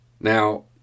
Now